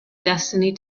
destiny